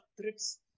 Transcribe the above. trips